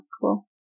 cool